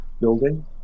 building